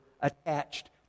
attached